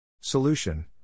Solution